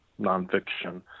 nonfiction